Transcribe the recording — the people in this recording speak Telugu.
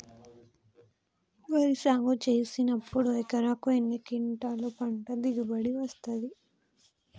వరి సాగు చేసినప్పుడు ఎకరాకు ఎన్ని క్వింటాలు పంట దిగుబడి వస్తది?